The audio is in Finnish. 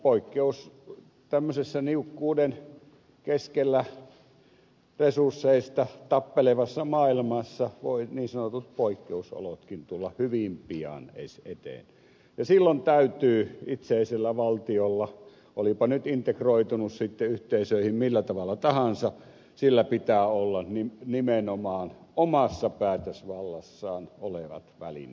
nimittäin tämmöisessä niukkuuden keskellä resursseista tappelevassa maailmassa voivat niin sanotut poikkeusolotkin tulla hyvin pian eteen ja silloin täytyy itseisellä valtiolla olipa nyt integroitunut sitten yhteisöihin millä tavalla tahansa sillä pitää olla nimenomaan omassa päätösvallassaan olevat välineistöt toimia